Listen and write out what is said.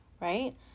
right